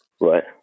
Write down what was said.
Right